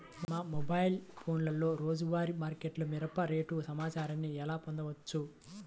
మా మొబైల్ ఫోన్లలో రోజువారీ మార్కెట్లో మిరప రేటు సమాచారాన్ని ఎలా పొందవచ్చు?